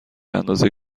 اندازه